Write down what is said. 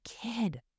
kid